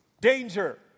Danger